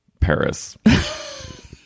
paris